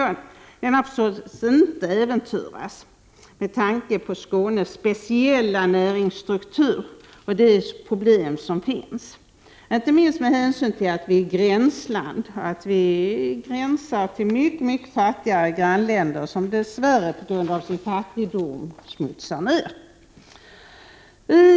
Denna får således inte äventyras med tanke på Skånes speciella näringsstruktur och de problem som finns, inte minst med hänsyn till att Skåne ligger i närheten av mycket fattigare länder än Sverige, vilka dess värre till följd av sin fattigdom smutsar ner.